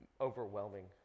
overwhelming